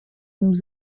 nous